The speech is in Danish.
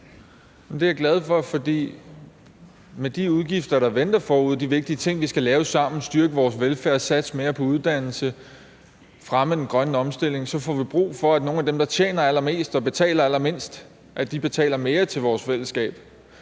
Det er jeg glad for, for med de udgifter, der venter forude, og de vigtige ting, vi skal lave sammen – styrke vores velfærd, satse mere på uddannelse, fremme den grønne omstilling – får vi brug for, at nogle af dem, der tjener allermest og betaler allermindst, betaler mere til vores fællesskab.